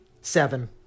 Seven